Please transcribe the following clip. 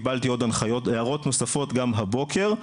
קיבלתי הערות נוספות גם הבוקר,